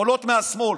עולות מהשמאל.